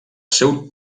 seu